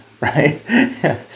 right